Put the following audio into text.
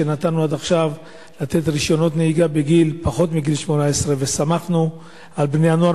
שנתנו עד עכשיו רשיונות נהיגה לפחות מגיל 18 וסמכנו על בני-הנוער,